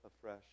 afresh